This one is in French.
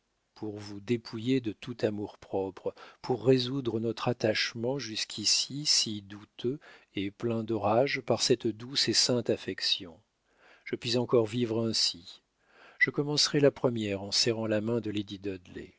pour vous dépouiller de tout amour-propre pour résoudre notre attachement jusqu'ici si douteux et plein d'orages par cette douce et sainte affection je puis encore vivre ainsi je commencerai la première en serrant la main de